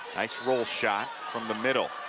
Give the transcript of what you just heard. nice roll shot from the middle.